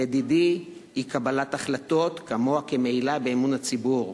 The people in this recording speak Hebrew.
לדידי, אי-קבלת החלטות כמוה כמעילה באמון הציבור,